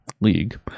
League